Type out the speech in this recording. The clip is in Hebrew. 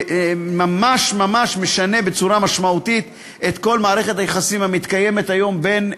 שממש משנה בצורה משמעותית את כל מערכת היחסים המתקיימת היום בין